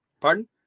Pardon